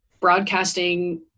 broadcasting